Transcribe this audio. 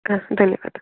ಹಾಂ ಧನ್ಯವಾದ